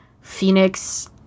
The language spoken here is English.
Phoenix